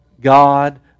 God